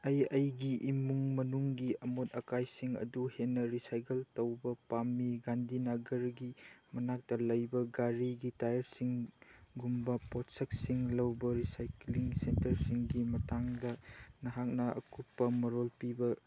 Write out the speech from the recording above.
ꯑꯩ ꯑꯩꯒꯤ ꯏꯃꯨꯡ ꯃꯅꯨꯡꯒꯤ ꯑꯃꯣꯠ ꯑꯀꯥꯏꯁꯤꯡ ꯑꯗꯨ ꯍꯦꯟꯅ ꯔꯤꯁꯥꯏꯀꯜ ꯇꯧꯕ ꯄꯥꯝꯃꯤ ꯒꯥꯟꯗꯤ ꯅꯥꯒꯔꯒꯤ ꯃꯅꯥꯛꯇ ꯂꯩꯕ ꯒꯥꯔꯤꯒꯤ ꯇꯥꯌꯔꯁꯤꯡꯒꯨꯝꯕ ꯄꯣꯠꯁꯛꯁꯤꯡ ꯂꯧꯕ ꯔꯤꯁꯥꯏꯀ꯭ꯂꯤꯡ ꯁꯦꯟꯇꯔꯁꯤꯡꯒꯤ ꯃꯇꯥꯡꯗ ꯅꯍꯥꯛꯅ ꯑꯀꯨꯞꯄ ꯃꯔꯣꯜ ꯄꯤꯕ